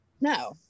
no